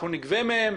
אנחנו נגבה מהם,